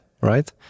right